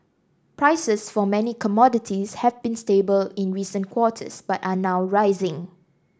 prices for many commodities have been stable in recent quarters but are now rising